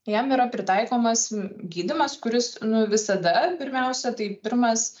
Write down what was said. jam yra pritaikomas gydymas kuris nu visada pirmiausia tai pirmas